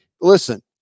listen